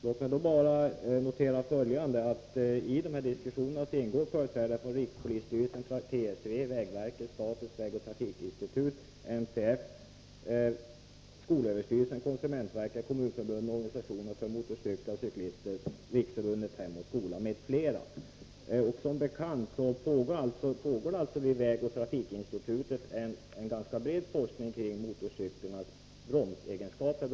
Låt mig då bara framhålla att i de aktuella överläggningarna kommer att delta företrädare för rikspolisstyrelsen, trafiksäkerhetsverket, vägverket, statens vägoch trafikinstitut, Nationalföreningen för trafiksäkerhetens främjande, skolöverstyrelsen, konsumentverket, Kommunförbundet, organisationer för motorcyklister och cyklister, Riksförbundet Hem och Skola m.fl. Som bekant pågår inom vägoch trafikinstitutet en ganska bred forskning kring bl.a. motorcyklarnas bromsegenskaper.